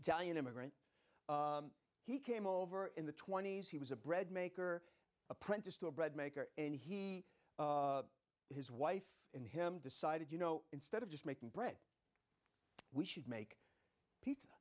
italian immigrant he came over in the twenty's he was a bread maker apprentice to a bread maker and he his wife in him decided you know instead of just making bread we should make pizza